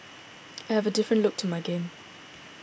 I have a different look to my game